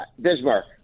Bismarck